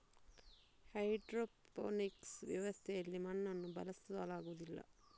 hydroponics ವ್ಯವಸ್ಥೆಯಲ್ಲಿ ಮಣ್ಣನ್ನು ಬಳಸಲಾಗುವುದಿಲ್ಲ